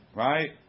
right